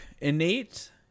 Innate